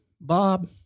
Bob